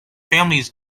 families